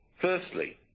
Firstly